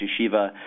Yeshiva